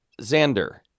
Xander